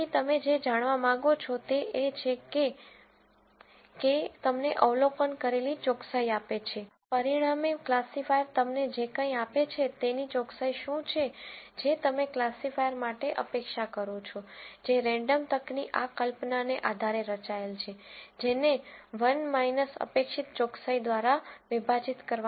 તેથી તમે જે જાણવા માગો છો તે એ છે કે K તમને અવલોકન કરેલી ચોકસાઈ આપે છે પરિણામે ક્લાસિફાયર તમને જે કંઈ પણ આપે છે - તેની ચોકસાઈ શું છેજે તમે ક્લાસિફાયર માટે અપેક્ષા કરો છો જે રેન્ડમ તકની આ કલ્પનાને આધારે રચાયેલ છે જેને 1 અપેક્ષિત ચોકસાઈ દ્વારા વિભાજિત કરવામાં આવે છે